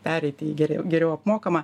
pereiti į geriau geriau apmokamą